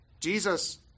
Jesus